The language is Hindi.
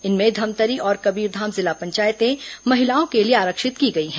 इनमें धमतरी और कबीरधाम जिला पंचायतें महिलाओं के लिए आरक्षित की गई है